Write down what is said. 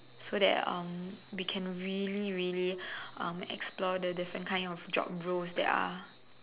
so that um we can really really um explore the different kind of job roles there are